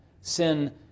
Sin